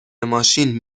ماشین